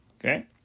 Okay